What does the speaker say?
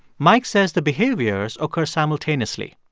mike says the behaviors occur simultaneously.